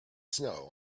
snow